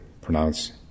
pronounce